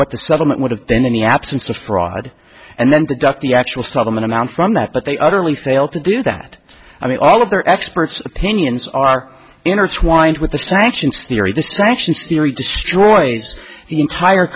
what the settlement would have been in the absence of fraud and then deduct the actual settlement amount from that but they utterly failed to do that i mean all of their expert opinions are intertwined with the sanctions theory the sanctions theory destroys the entire